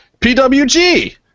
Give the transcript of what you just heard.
PWG